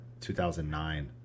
2009